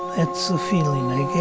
that's the feeling i